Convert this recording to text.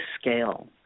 scale